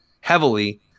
heavily